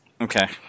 Okay